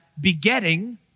begetting